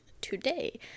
today